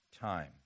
time